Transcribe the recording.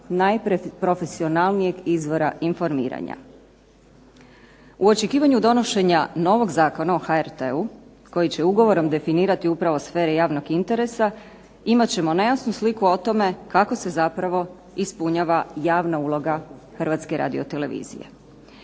najprofesionalnijeg izvora informiranja. U očekivanju donošenja novog Zakona o HRT-u koji će ugovorom definirati upravo sfere javnog interesa, imat ćemo nejasnu sliku o tome kako se zapravo ispunjava javna uloga Hrvatske radiotelevizije.